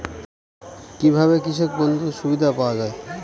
কি ভাবে কৃষক বন্ধুর সুবিধা পাওয়া য়ায়?